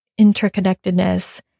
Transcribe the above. interconnectedness